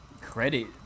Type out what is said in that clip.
credit